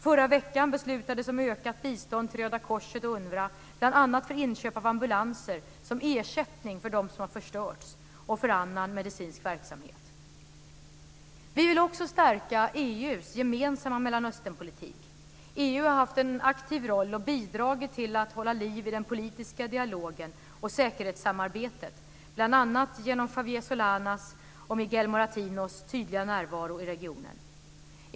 Förra veckan beslutades om ökat bistånd till Röda korset och UNWRA, bl.a. för inköp av ambulanser som ersättning för dem som har förstörts och för annan medicinsk verksamhet. Vi vill också stärka EU:s gemensamma Mellanösternpolitik. EU har haft en aktiv roll och bidragit till att hålla liv i den politiska dialogen och säkerhetssamarbetet, bl.a. genom Javier Solanas och Miguel Moratinos tydliga närvaro i regionen.